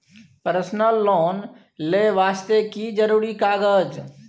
Personal loan ले वास्ते की जरुरी कागज?